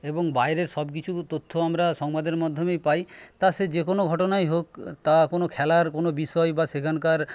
এবং বাইরের সবকিছু তথ্য আমরা সংবাদের মাধ্যমেই পাই তা সে যেকোনো ঘটনাই হোক তা কোনো খেলার কোনো বিষয় বা সেখানকার